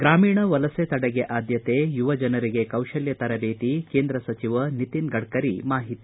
ಗ್ರಾಮೀಣರ ವಲಸೆ ತಡೆಗೆ ಆದ್ದತೆ ಯುವ ಜನರಿಗೆ ಕೌಶಲ್ಯ ತರಬೇತಿ ಕೇಂದ್ರ ಸಚಿವ ನಿತಿನ್ ಗಡ್ಡರಿ ಮಾಹಿತಿ